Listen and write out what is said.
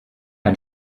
ein